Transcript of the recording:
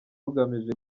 rugamije